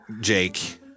Jake